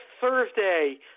Thursday